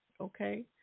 Okay